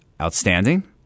outstanding